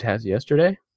yesterday